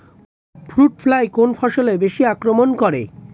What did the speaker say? Fruit fly কোন ফসলে বেশি আক্রমন করে?